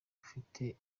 afite